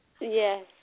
Yes